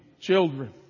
Children